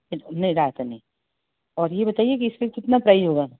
नहीं रायता नहीं और यह बताइए की इस पर कितना प्राइस होगा